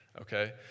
Okay